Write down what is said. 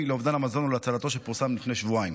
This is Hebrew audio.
לאובדן המזון ולהצלתו שפורסם לפני שבועיים.